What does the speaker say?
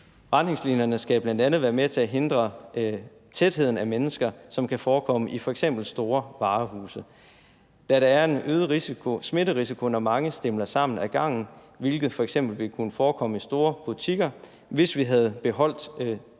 Retningslinjerne skal bl.a. være med til at hindre tætheden af mennesker, som kan forekomme i f.eks. store varehuse. Da der er en øget smitterisiko, når mange stimler sammen ad gangen, hvilket f.eks. ville kunne forekomme i store butikker, hvis vi havde beholdt kravet